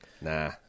Nah